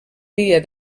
dia